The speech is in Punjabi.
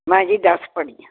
ਮੈਂ ਜੀ ਦੱਸ ਪੜੀ ਆ